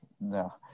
No